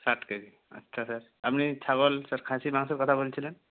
ষাট K G sir আপনি ছাগল স্যার খাসির মাংসের কথা বলছিলেন